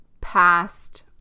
past